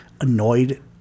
annoyed